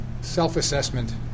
self-assessment